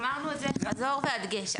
אמרנו את זה חזור והדגש.